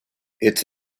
its